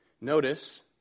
Notice